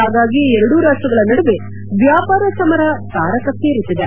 ಹಾಗಾಗಿ ಎರಡೂ ರಾಷ್ಟಗಳ ನಡುವೆ ವ್ಯಾಪಾರ ಸಮರ ತಾರಕಕ್ಸೇರುತ್ತಿದೆ